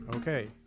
Okay